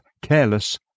careless